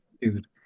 Dude